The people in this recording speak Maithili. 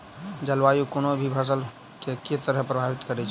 जलवायु कोनो भी फसल केँ के तरहे प्रभावित करै छै?